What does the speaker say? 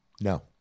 No